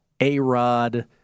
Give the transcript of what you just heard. A-Rod